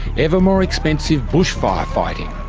ever more expensive bushfire fighting,